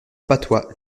patois